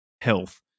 health